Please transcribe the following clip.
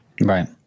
Right